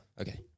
Okay